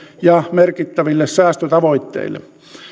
ja merkittäville säästötavoitteille